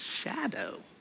shadow